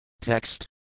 Text